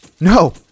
No